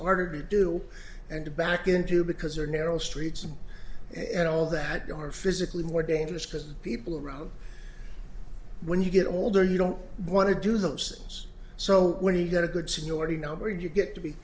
harder to do and to back into because they're narrow streets and all that they are physically more dangerous because people around when you get older you don't want to do those things so when he got a good security number and you get to be